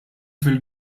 fil